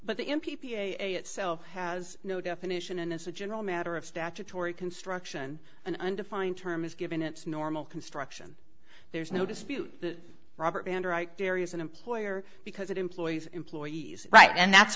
but the m p p a itself has no definition and is a general matter of statutory construction an undefined term is given it's normal construction there's no dispute robert and various an employer because it employs employees right and that's